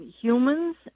humans